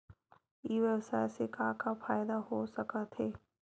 ई व्यवसाय से का का फ़ायदा हो सकत हे?